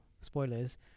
spoilers